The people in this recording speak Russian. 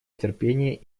терпение